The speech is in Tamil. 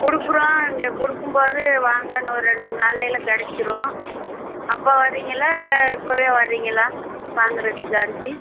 கொடுக்கறோம் இங்கே கொடுக்கும்போது வாங்க இன்னொரு ரெண்டு மூணு நாளையில் கிடைச்சிரும் அப்போ வரீங்களா இல்லை இப்பவே வரீங்களா வாங்கிறதுக்கு அரிசி